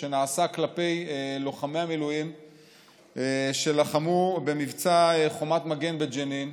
שנעשה כלפי לוחמי המילואים שלחמו במבצע חומת מגן בג'נין,